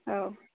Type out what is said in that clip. औ